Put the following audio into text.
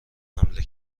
حمله